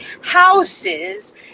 houses